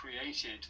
created